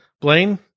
Blaine